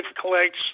collects